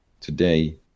today